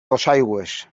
dosaigües